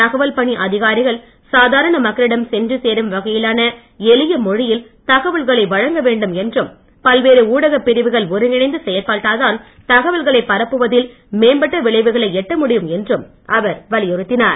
தகவல் பணி அதிகாரிகள் சாதாரண மக்களிடம் சென்று சேரும் வகையிலான எளிய மொழியில் தகவல்களை வழங்க வேண்டும் என்றும் பல்வேறு ஊடகப் பிரிவுகள் ஒருங்கிணைந்து செயல்பட்டால் தான் தகவல்களை பரப்புவதில் மேம்பட்ட விளைவுகளை எட்ட முடியும் என்றும் அவர் வலியுறுத்தினார்